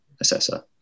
assessor